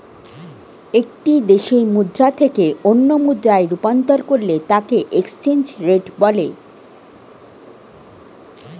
একটি দেশের মুদ্রা থেকে অন্য মুদ্রায় রূপান্তর করলে তাকেএক্সচেঞ্জ রেট বলে